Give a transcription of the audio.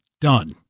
done